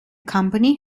company